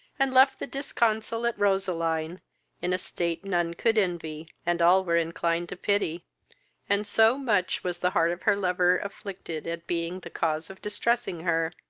and left the disconsolate roseline in a state none could envy, and all were inclined to pity and so much was the heart of her lover afflicted at being the cause of distressing her,